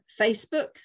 Facebook